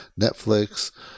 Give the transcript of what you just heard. Netflix